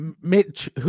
Mitch